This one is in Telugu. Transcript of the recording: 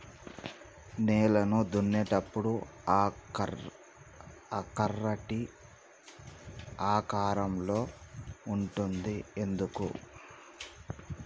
నేలను దున్నేటప్పుడు ఆ కర్ర టీ ఆకారం లో ఉంటది ఎందుకు?